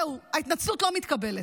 זהו, ההתנצלות לא מתקבלת.